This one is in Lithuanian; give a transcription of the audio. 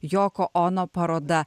yoko ono paroda